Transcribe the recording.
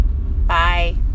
Bye